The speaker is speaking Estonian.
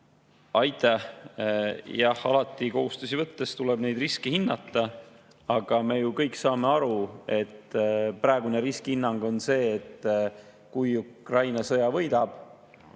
Aitäh! Jah, kohustusi võttes tuleb alati riske hinnata. Aga me ju kõik saame aru, et praegune riskihinnang on see, et kui Ukraina sõja võidab,